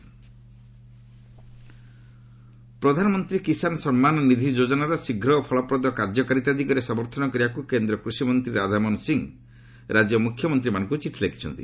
gov PM Kisan ପ୍ରଧାନମନ୍ତ୍ରୀ କିଶାନ୍ ସମ୍ମାନ ନୀଧି ଯୋଜନାର ଶୀଘ୍ର ଓ ଫଳପ୍ରଦ କାର୍ଯ୍ୟକାରିତା ଦିଗରେ ସମର୍ଥନ କରିବାକୁ କେନ୍ଦ୍ର କୃଷିମନ୍ତ୍ରୀ ରାଧାମୋହନ ସିଂହ ରାଜ୍ୟ ମୁଖ୍ୟମନ୍ତ୍ରୀମାନଙ୍କୁ ଚିଠି ଲେଖିଛନ୍ତି